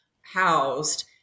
housed